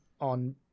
on